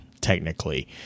Technically